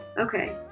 Okay